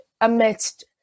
amidst